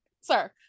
sir